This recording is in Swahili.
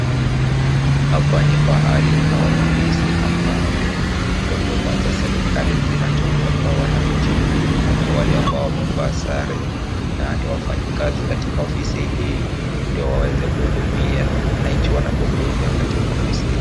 Hapa ni pahali au ofisi ambayo huduma za serikali zinatolewa kwa wananchi. Kuna wale ambao wamevaa sare na ni wafanyikazi katika ofisi hii ndio waweze kuhudumia wananchi wanapokuja katika ofisi hii.